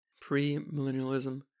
pre-millennialism